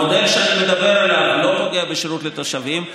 המודל שאני מדבר עליו לא פוגע בשירות לתושבים.